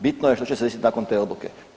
Bitno je što će se desiti nakon te odluke.